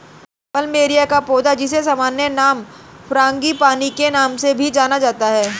plumeria का पौधा, जिसे सामान्य नाम फ्रांगीपानी के नाम से भी जाना जाता है